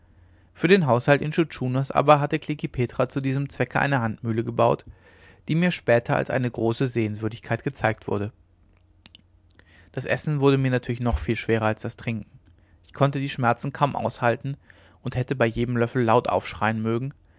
für den haushalt intschu tschunas aber hatte klekih petra zu diesem zwecke eine handmühle gebaut die mir später als eine große sehenswürdigkeit gezeigt wurde das essen wurde mir natürlich noch viel schwerer als das trinken ich konnte die schmerzen kaum aushalten und hätte bei jedem löffel laut aufschreien mögen